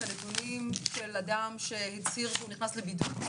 הנתונים של אדם שהצהיר שהוא נכנס לבידוד,